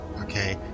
okay